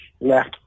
left